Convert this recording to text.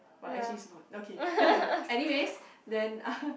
but actually it's not okay anyways then